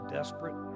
desperate